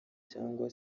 cyangwa